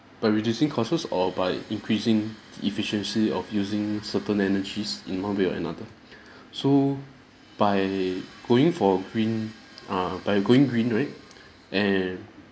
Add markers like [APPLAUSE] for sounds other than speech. by reducing costs or by increasing efficiency of using certain energies in one way or another [BREATH] so by going for green err by going green right [BREATH] and